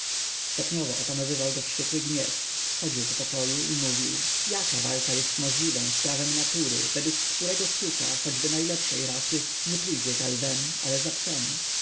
stopniowo opanowywał go wściekły gniew chodził po pokoju i mówił jaka walka jest możliwą z prawem natury według którego suka choćby najlepszej rasy nie pójdzie za lwem ale